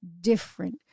different